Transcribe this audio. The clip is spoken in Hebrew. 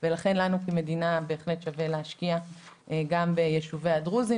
של הוועדה לפיתוח היישובים הדרוזיים